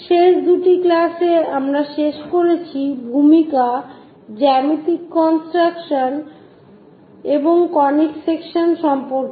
শেষ দুটি ক্লাসে আমরা শেষ করেছি ভূমিকা জ্যামিতিক কনস্ট্রাকশন এবং কনিক সেকশন সম্পর্কে